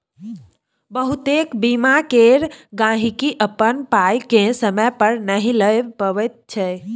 बहुतेक बीमा केर गहिंकी अपन पाइ केँ समय पर नहि लए पबैत छै